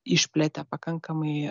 išplėtė pakankamai